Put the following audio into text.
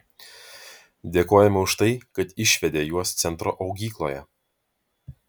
dėkojame už tai kad išvedė juos centro augykloje